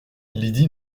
lydie